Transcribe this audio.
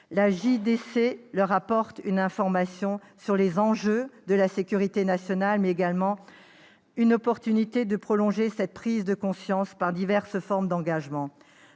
La JDC leur apporte une information sur les enjeux de la sécurité nationale, mais représente également une opportunité de prolonger cette prise de conscience par diverses formes d'engagement,